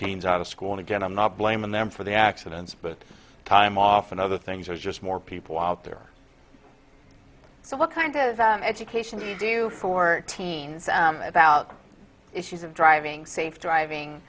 teens out of school and again i'm not blaming them for the accidents but time off and other things as just more people out there so what kind of education do you do for teens about the issues of driving safe driving